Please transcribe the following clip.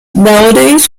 nowadays